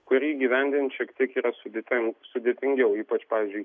kurį įgyvendint šiek tiek yra sudėtinga sudėtingiau ypač pavyzdžiui